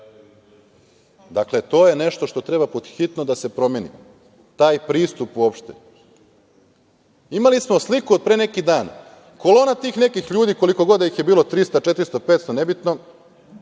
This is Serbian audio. Dakle, to je nešto što treba pod hitno da se promeni, taj pristup uopšte. Imali smo sliku od pre neki dan. Kolona tih nekih ljudi, koliko god da ih je bilo 300, 400, 500, nebitno,